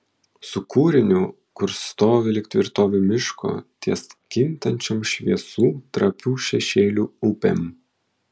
su kūriniu kurs stovi lyg tvirtovė miško ties kintančiom šviesų trapių šešėlių upėm